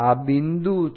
આ બિંદુ છે